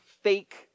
fake